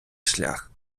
шлях